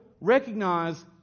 recognize